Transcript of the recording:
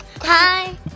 Hi